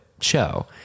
show